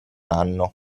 anno